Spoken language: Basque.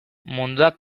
munduak